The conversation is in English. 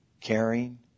caring